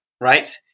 right